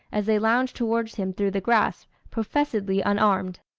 as they lounged towards him through the grass, professedly unarmed.